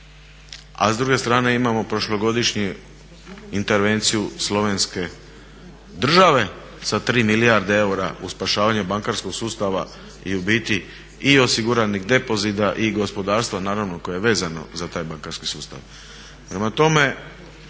A s druge strane imamo prošlogodišnju intervenciju Slovenske države sa 3 milijarde eura u spašavanje bankarskog sustava i u biti i osiguranih depozita i gospodarstva, naravno koje je vezano za taj bankarski sustav.